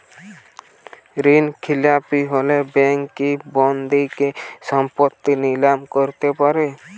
ঋণখেলাপি হলে ব্যাঙ্ক কি বন্ধকি সম্পত্তি নিলাম করতে পারে?